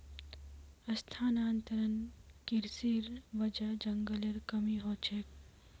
स्थानांतरण कृशिर वजह जंगलेर कमी ह छेक